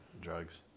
drugs